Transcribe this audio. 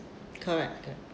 correct corre~